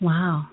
Wow